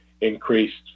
increased